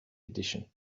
edition